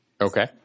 Okay